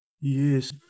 Yes